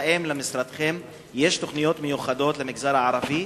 האם למשרדכם יש תוכניות מיוחדות למגזר הערבי?